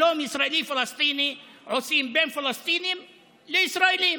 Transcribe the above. שלום ישראלי-פלסטיני עושים בין פלסטינים לישראלים,